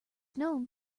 known